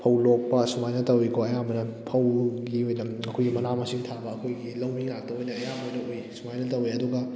ꯐꯧ ꯂꯣꯛꯄ ꯁꯨꯃꯥꯏꯅ ꯇꯧꯋꯤꯀꯣ ꯑꯌꯥꯝꯕꯅ ꯐꯧꯒꯤ ꯑꯣꯏꯅ ꯑꯩꯈꯣꯏꯒꯤ ꯃꯅꯥ ꯃꯁꯤꯡ ꯊꯥꯕ ꯑꯩꯈꯣꯏꯒꯤ ꯂꯧꯃꯤ ꯉꯥꯛꯇ ꯑꯣꯏꯅ ꯑꯌꯥꯝꯕ ꯑꯣꯏꯅ ꯎꯏ ꯁꯨꯃꯥꯏꯅ ꯇꯧꯋꯦ ꯑꯗꯨꯒ